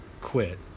quit